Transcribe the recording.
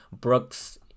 Brooks